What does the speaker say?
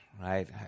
right